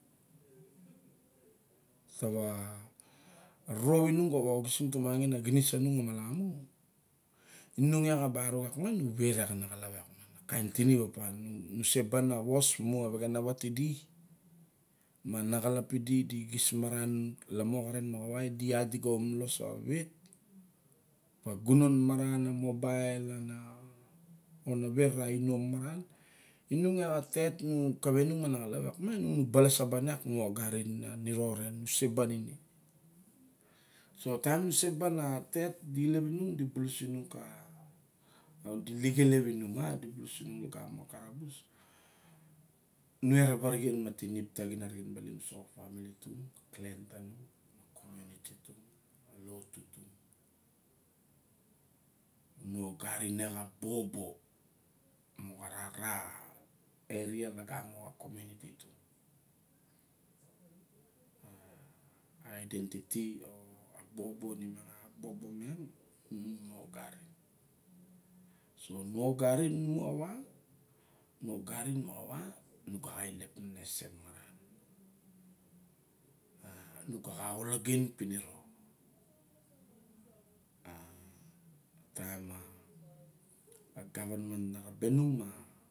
Ta wa rop inung ka wa oxising ta maxin a xinis tanung o malamu. Na iat a barok miang nu veriak a naxalap niang. A kain tinim opa nyse ban a was my a vexenawat tidi. Manaxalap pidi di kis maran lamo xaren muxaa aidi ia di ga om lales sa wa vet, a gunon maran, mobile a na vet a na inom maran. Inung iak a tet kawei nung ma na xalap iak miang, mi balasaban iak nu ogarin a niro ren nuseban. So taim nu sa ban a tet. Di ilep inung a di e bulus inung lagamo ka karabus. Nu ere ba araxen ma tinip taxin uso ka famili tug, clan tanung, komiuniti tung a lotu tung. Nu ogarin iak a bobo moxa rara eria lagamo ka komiuniti tung. ma aidentiti oa bobo miang, a bobo miang nung nu o garin. So nuogarin mumu a wa? Nu ogarin lamun a wa, nu ga xa oloden piniro. a taim a gavanman na rabe nung ma.